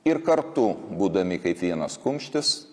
ir kartu būdami kaip vienas kumštis